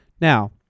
Now